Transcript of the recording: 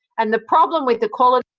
and the problem with the quality